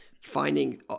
finding